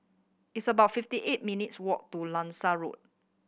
it's about fifty eight minutes' walk to Langsat Road